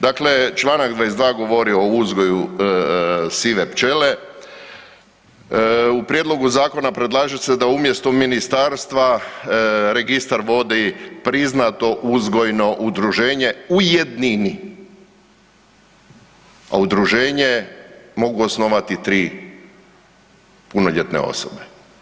Dakle, čl. 22 govori o uzgoju sive pčele, u prijedlogu zakona predlaže se da umjesto ministarstva registar vodi priznato uzgojno udruženje u jednini a udruženje mogu osnovati tri punoljetne osobe.